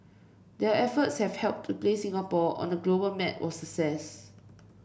their efforts have helped to place Singapore on the global map of